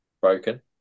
broken